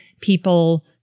People